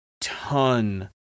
ton